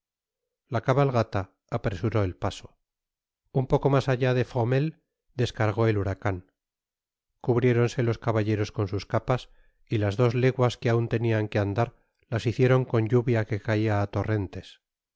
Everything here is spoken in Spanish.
la cabalgata apresuró el paso un poco mas allá de fromelles descargó el huracan cubriéronse los caballeros con sus capas y las dos leguas que aun tenian que andar las hicieron con lluvia que caia á torrentes